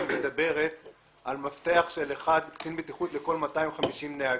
מדברת על קצין בטיחות לכל 250 נהגים.